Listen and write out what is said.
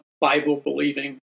Bible-believing